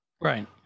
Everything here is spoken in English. Right